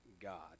God